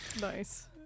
nice